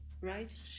right